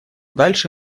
дальше